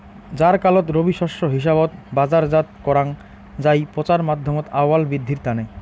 জ্বারকালত রবি শস্য হিসাবত বাজারজাত করাং যাই পচার মাধ্যমত আউয়াল বিদ্ধির তানে